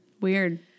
Weird